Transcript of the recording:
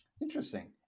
interesting